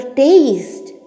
taste